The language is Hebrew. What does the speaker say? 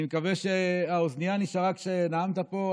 אני מקווה שהאוזנייה נשארה כשנאמת פה,